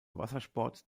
wassersport